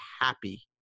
happy